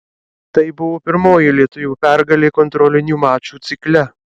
tai buvo pirmoji lietuvių pergalė kontrolinių mačų cikle